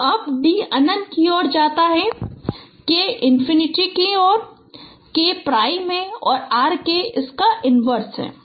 तो अब d अनंत की ओर जाता है H infinity K prime R K inverse है